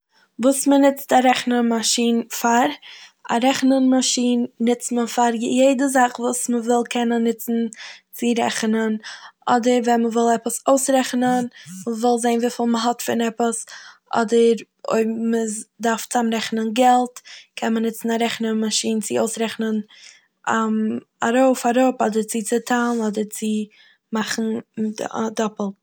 וואס מ'נוצט א רעכענען מאשין פאר. א רעכענען מאשין נוצט מען פאר י- יעדע זאך וואס מ'וואל קענען נוצן צו רעכענען. אדער ווען מ'וואל עפעס אויסרעכענען, מ'וואל זעהן וויפיל מ'האט פון עפעס, אדער אויב מ'איז- מ'דארף צאמרעכענען געלט קען מען נוצן א רעכענען מאשין צו אויסרעכענען ארויף, אראפ, אדער צו צוטיילן, אדער צו מאכן דא- א- דאפל.